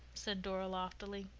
said dora loftily.